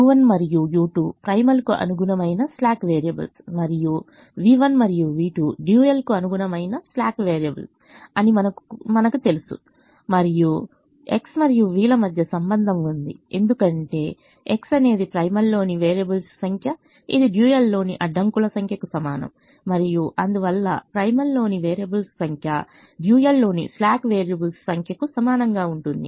U1 మరియు U2 ప్రైమల్కు అనుగుణమైన స్లాక్ వేరియబుల్స్ మరియు V1 మరియు V2 డ్యూయల్కు అనుగుణమైన స్లాక్ వేరియబుల్స్ అని మనకు కూడా తెలుసు మరియు X మరియు V ల మధ్య సంబంధం ఉంది ఎందుకంటే X అనేది ప్రైమల్లోని వేరియబుల్స్ సంఖ్య ఇది డ్యూయల్లోని అడ్డంకుల సంఖ్యకు సమానం మరియు అందువల్ల ప్రైమల్లోని వేరియబుల్స్ సంఖ్య డ్యూయల్లోని స్లాక్ వేరియబుల్స్ సంఖ్యకు సమానంగా ఉంటుంది